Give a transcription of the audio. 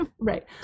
Right